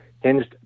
hinged